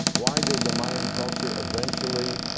why did the mayan culture eventually